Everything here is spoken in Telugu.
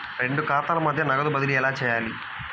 రెండు ఖాతాల మధ్య నగదు బదిలీ ఎలా చేయాలి?